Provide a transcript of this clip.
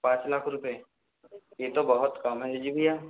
पाँच लाख रूपये यह तो बहुत कम है जी जी भैया